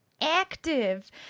Active